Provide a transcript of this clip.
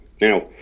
Now